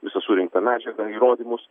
visą surinktą medžiagą įrodymus